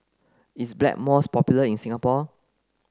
is Blackmores popular in Singapore